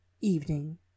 Evening